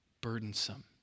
burdensome